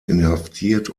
inhaftiert